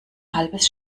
halbes